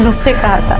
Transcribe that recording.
so sick that